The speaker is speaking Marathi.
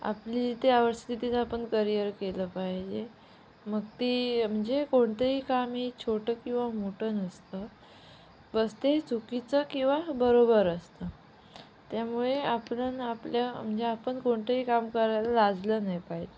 आपली इथे आवड असते तिथे आपण करिअर केलं पाहिजे मग ती म्हणजे कोणतंही काम हे छोटं किंवा मोठं नसतं बस ते चुकीचं किंवा बरोबर असतं त्यामुळे आपण आपल्या म्हणजे आपण कोणतंही काम करायला लाजलं नाही पाहिजे